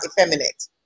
effeminate